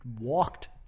walked